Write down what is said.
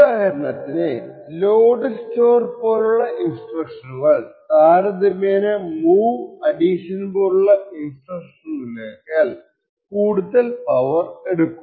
ഉദാഹരണത്തിന് load store പോലുള്ള ഇൻസ്ട്രക്ഷനുകൾ താരതമ്യേന മൂവ് അഡിഷൻ പോലുള്ള ഇൻസ്ട്രക്ഷനുകളേക്കാൾ കൂടുതൽ പവർ എടുക്കും